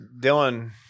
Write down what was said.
Dylan